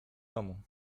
domu